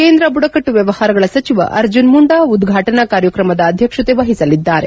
ಕೇಂದ್ರ ಬುಡಕಟ್ಟು ವ್ಯವಹಾರಗಳ ಸಚಿವ ಅರ್ಜುನ್ ಮುಂಡಾ ಉದ್ವಾಟನಾ ಕಾರ್ಯಕ್ರಮದ ಅಧ್ಯಕ್ಷತೆ ವಹಿಸಲಿದ್ದಾರೆ